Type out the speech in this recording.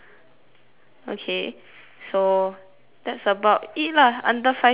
okay so that's about it lah under five sentences